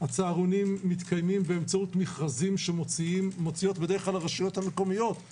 הצהרונים מתקיימים באמצעות מכרזים שמוציאות הרשויות המקומיות בדרך כלל,